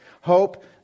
Hope